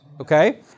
okay